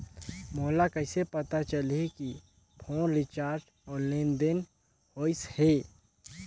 मोला कइसे पता चलही की फोन रिचार्ज और लेनदेन होइस हे?